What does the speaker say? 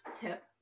tip